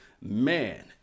Man